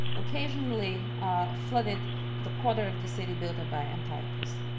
occasionally flooded the quarter of the city built by antiochus.